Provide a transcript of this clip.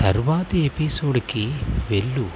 తరువాతి ఎపిసోడ్కి వెళ్ళుము